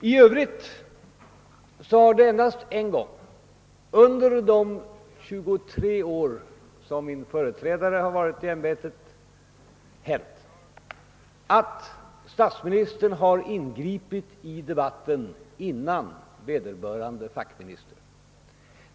I övrigt har det hänt endast en gång under de 23 år som min företrädare innehaft ämbetet, att statsministern ingripit i debatten före vederbörande fackminister.